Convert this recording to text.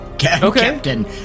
Captain